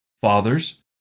Fathers